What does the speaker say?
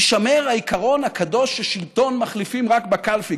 יישמר העיקרון הקדוש ששלטון מחליפים רק בקלפי,